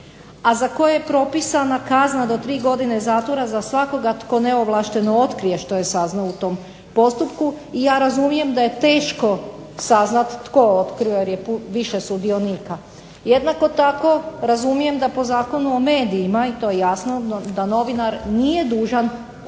a za koje je propisana kazna za svakoga od tri godine zatvora, tko neovlašteno otkrije što je saznao u tom postupku ia ja razumijem da je teško saznati tko je otkrio jer je više sudionika. Jednako tako razumijem da po zakonu o medijima i to je jasno da novinar nije dužan